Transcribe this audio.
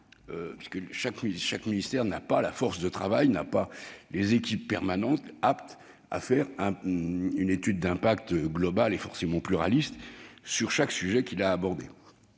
Chaque ministère n'a pas la force de travail ni les équipes permanentes aptes à produire une étude d'impact globale, et forcément pluraliste, sur chaque sujet abordé.